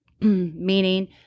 meaning